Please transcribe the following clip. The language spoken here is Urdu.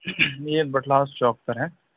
یہ بٹلہ ہاؤس چوک پر ہے